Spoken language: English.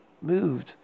moved